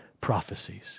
prophecies